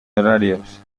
horarios